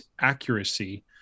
accuracy